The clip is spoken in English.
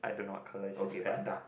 I don't know what color is his pants